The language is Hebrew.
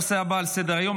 הנושא הבא על סדר-היום,